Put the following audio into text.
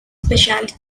speciality